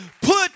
put